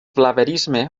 blaverisme